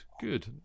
good